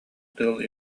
тыал